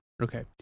Okay